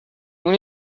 اون